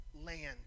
land